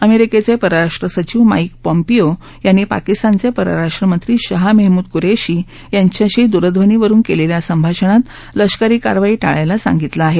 अमेरिकेचे परराष्ट्र सचिव माईक पॉम्पीयो यांनी पाकिस्तानचे परराष्ट्र मंत्री शहा मेहमूद कुरेशी यांच्याशी दूरध्वनीवरुन केलेल्या संभाषणात लष्करी कारवाई टाळायला सांगितलं आहे